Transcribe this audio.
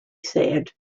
said